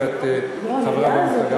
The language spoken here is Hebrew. כי את חברה במפלגה,